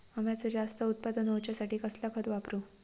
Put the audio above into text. अम्याचा जास्त उत्पन्न होवचासाठी कसला खत वापरू?